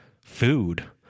food